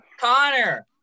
Connor